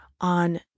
on